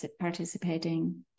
participating